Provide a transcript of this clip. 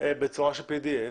בצורה של PDF?